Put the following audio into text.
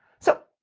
so,